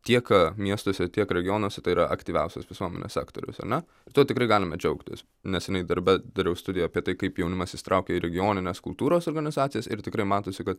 tiek miestuose tiek regionuose tai yra aktyviausias visuomenės sektorius ar ne ir tuo tikrai galime džiaugtis neseniai darbe dariau studiją apie tai kaip jaunimas įsitraukia į regionines kultūros organizacijas ir tikrai matosi kad